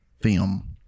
film